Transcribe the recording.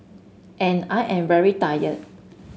and I am very tired